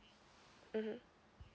mmhmm